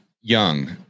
young